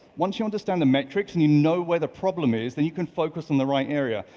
once you understand the metrics and you know where the problem is, then you can focus on the right area.